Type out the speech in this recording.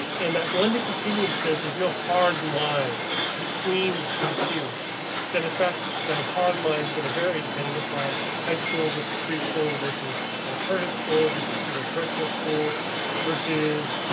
and that blended continuum says there's no hard line between the the tiers that in fact, the hard line is going to vary depending upon high school versus preschool versus alternative school versus juvenile correctional school versus.